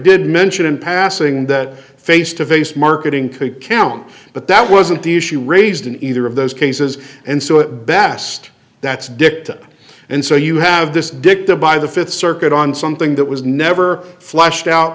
did mention in passing that face to face marketing could count but that wasn't the issue raised in either of those cases and so it best that's dicta and so you have this dicta by the th circuit on something that was never fleshed out